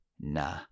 Nah